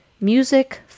music